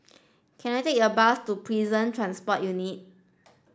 can I take a bus to Prison Transport Unit